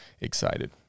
excited